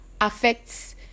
affects